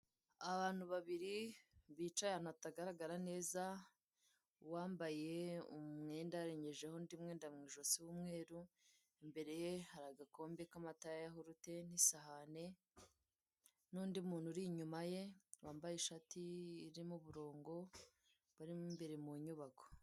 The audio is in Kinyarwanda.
Abantu babiri bicaye ahantu hatagaragara neza, uwambaye umwenda yarengejeho undi mwenda mu ijosi w'umweru, imbere hari agakombe k'amata ya yahurute n'isahani, n'undi muntu uri inyu ye wambaye ishati irimo uburongo, uri mo imbere mu nyubako.